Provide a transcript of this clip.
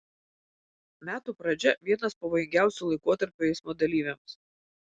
metų pradžia vienas pavojingiausių laikotarpių eismo dalyviams